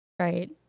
Right